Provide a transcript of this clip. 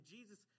Jesus